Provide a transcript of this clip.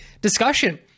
discussion